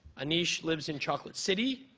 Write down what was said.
anish lives in chocolate city,